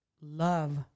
love